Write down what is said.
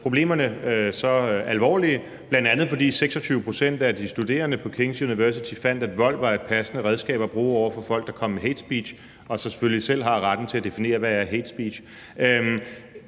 problemerne så alvorlige, bl.a. fordi 26 pct. af de studerende på King's University fandt, at vold var et passende redskab at bruge over for folk, der kom med hatespeech – og de har så selvfølgelig selv retten til at definere, hvad hatespeech